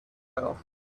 fell